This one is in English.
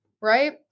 right